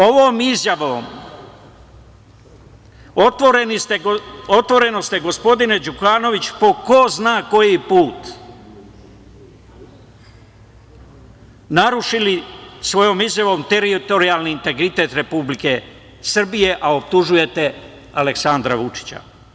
Ovom izjavom otvoreno ste, gospodine Đukanoviću, po ko zna koji put narušili svojom izjavom teritorijalni integritet Republike Srbije, a optužujete Aleksandra Vučića.